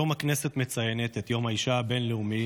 היום הכנסת מציינת את יום האישה הבין-לאומי